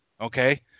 okay